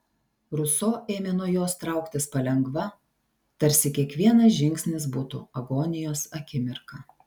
ruso ėmė nuo jos trauktis palengva tarsi kiekvienas žingsnis būtų agonijos akimirka